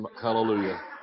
Hallelujah